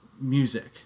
music